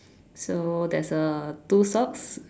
so there's uh two socks